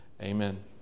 Amen